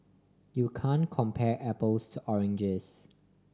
you can compare apples to oranges